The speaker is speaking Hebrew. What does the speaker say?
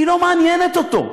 היא לא מעניינת אותו.